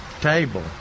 table